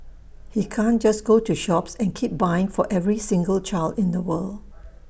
he can't just go to shops and keep buying for every single child in the world